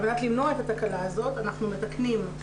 על-מנת למנוע את התקלה הזאת אנחנו מתקנים.